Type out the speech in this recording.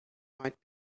might